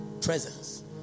presence